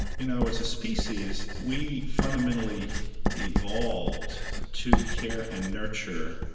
you know as a species, we fundamentally evolved to care and nurture,